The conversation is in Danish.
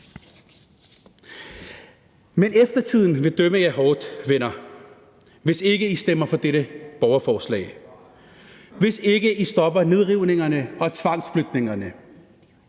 Men eftertiden vil dømme jer hårdt, venner, hvis I ikke stemmer for dette borgerforslag, hvis ikke I stopper nedrivningerne og tvangsflytningerne.